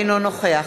אינו נוכח